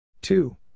two